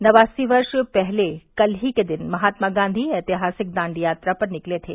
नवासी वर्ष पहले कल ही के दिन महात्मा गांधी ऐतिहासिक दांडी यात्रा पर निकले थे